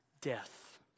death